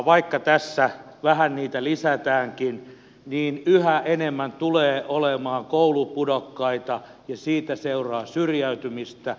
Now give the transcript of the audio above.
vaikka tässä vähän niitä lisätäänkin niin yhä enemmän tulee olemaan koulupudokkaita ja siitä seuraa syrjäytymistä